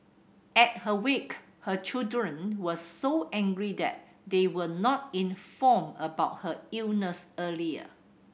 at her wake her children were so angry that they were not informed about her illness earlier